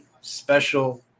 special